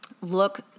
look